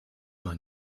man